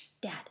Dad